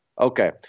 Okay